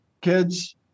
Kids